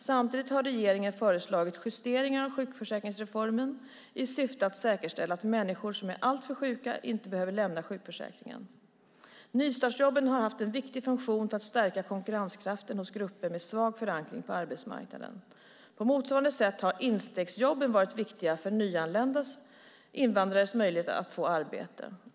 Samtidigt har regeringen föreslagit justeringar av sjukförsäkringsreformen i syfte att säkerställa att människor som är alltför sjuka inte behöver lämna sjukförsäkringen. Nystartsjobben har haft en viktig funktion för att stärka konkurrenskraften hos grupper med svag förankring på arbetsmarknaden. På motsvarande sätt har instegsjobben varit viktiga för nyanlända invandrares möjligheter att få arbete.